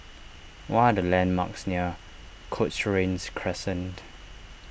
what are the landmarks near Cochrane Crescent